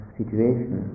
situation